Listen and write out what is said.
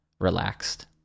relaxed